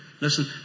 Listen